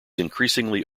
increasingly